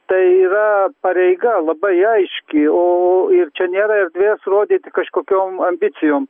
tai yra pareiga labai aiški o ir čia nėra erdvės rodyti kažkokiom ambicijom